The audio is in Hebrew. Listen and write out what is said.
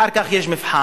אחר כך יש מבחן,